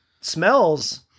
Smells